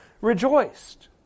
rejoiced